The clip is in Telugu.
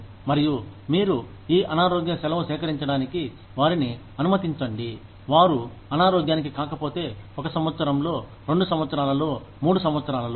మరియు మీరు ఈ అనారోగ్య సెలవు సేకరించడానికి వారిని అనుమతించండి వారు అనారోగ్యానికి కాకపోతే ఒక సంవత్సరంలో రెండు సంవత్సరాలలో మూడు సంవత్సరాలలో